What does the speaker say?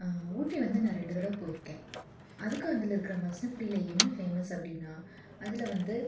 ஊட்டி வந்து நான் ரெண்டு தடவை போயிருக்கேன் அதுக்கும் அந்தல்ல இருக்கிற மசனக்குடியில் என்ன ஃபேமஸ் அப்படின்னா அதில் வந்து